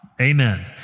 Amen